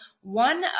one